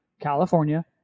California